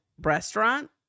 restaurant